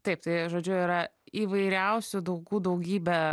taip tai žodžiu yra įvairiausių daugų daugybė